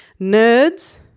nerds